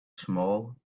small